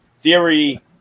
Theory